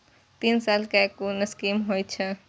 तीन साल कै कुन स्कीम होय छै?